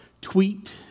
tweet